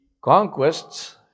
conquests